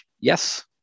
yes